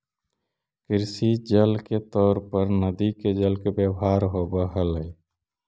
कृषि जल के तौर पर नदि के जल के व्यवहार होव हलई